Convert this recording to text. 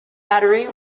battery